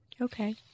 Okay